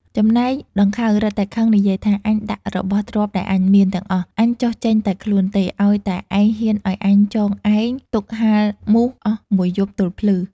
ចំណែកដង្ខៅ រឹតតែខឹង និយាយថា "អញដាក់របស់ទ្រព្យដែលអញមាន ទាំងអស់ អញចុះចេញតែខ្លួនទេ ឲ្យតែឯងហ៊ានឲ្យអញចងឯង ទុកហាលមូសអស់ ១ យប់ទល់ភ្លឺ